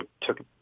took